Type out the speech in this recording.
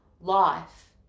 life